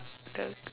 tell her